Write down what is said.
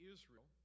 Israel